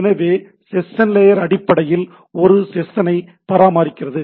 எனவே session layer அடிப்படையில் ஒரு செஷனை பராமரிக்கிறது